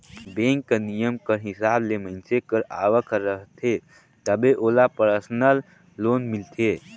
bank कर नियम कर हिसाब ले मइनसे कर आवक हर रहथे तबे ओला परसनल लोन मिलथे